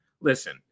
Listen